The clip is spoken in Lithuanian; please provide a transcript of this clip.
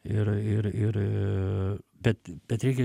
ir ir ir bet bet reikia